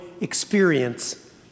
experience